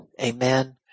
Amen